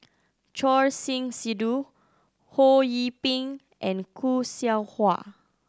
Choor Singh Sidhu Ho Yee Ping and Khoo Seow Hwa